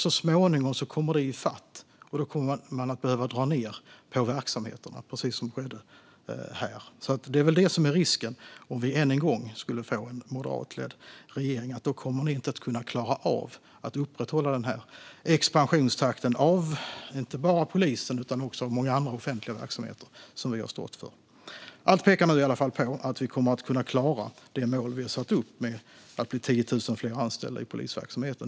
Så småningom kommer det i fatt, och då kommer man att behöva dra ned på verksamheterna, precis som skedde då. Det är väl det som är risken om vi än en gång skulle få en moderatledd regering. Ni kommer inte att klara av att upprätthålla den här expansionstakten inte bara av polisen utan också av många andra offentliga verksamheter som vi har stått för. Allt pekar i alla fall på att vi kommer att kunna klara det mål vi har satt upp om att få 10 000 fler anställda i polisverksamheten.